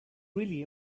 really